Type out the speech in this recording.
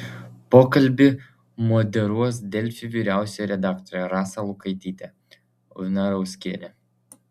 pokalbį moderuos delfi vyriausioji redaktorė rasa lukaitytė vnarauskienė